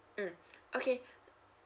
mm okay